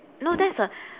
no that's a